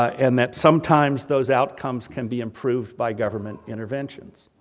and that, sometimes, those outcomes can be improved by government interventions.